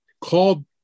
called